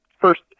First